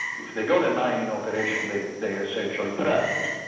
if they've got a mining operation they they are essentially trapped.